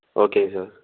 okay sir